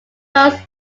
votes